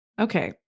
Okay